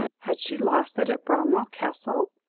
had she lost it at bramwell castle?